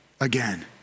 again